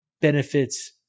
benefits